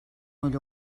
ull